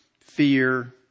fear